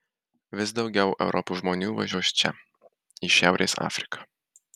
vis daugiau europos žmonių važiuos čia į šiaurės afriką